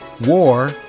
War